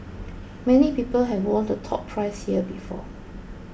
many people have won the top prize here before